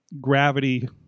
gravity